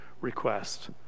request